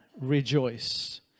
rejoice